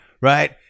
right